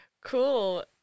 Cool